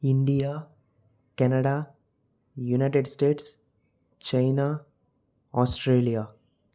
India Canada United States China Australia